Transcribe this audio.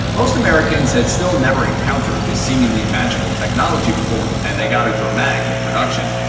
most americans had still never encountered this seemingly magical technology before, and they got a dramatic introduction.